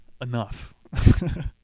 Enough